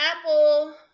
Apple